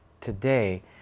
today